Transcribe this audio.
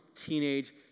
teenage